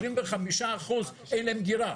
ו-25% אין להם דירה.